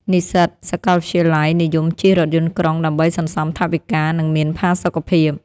និស្សិតសាកលវិទ្យាល័យនិយមជិះរថយន្តក្រុងដើម្បីសន្សំថវិកា និងមានផាសុកភាព។